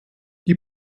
die